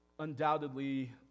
Undoubtedly